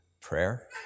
prayer